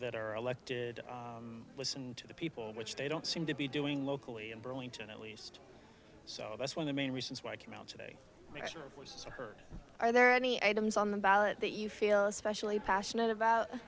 that are elected listen to the people which they don't seem to be doing locally in burlington at least so that's when the main reasons why i came out today measure was heard are there any items on the ballot that you feel especially passionate about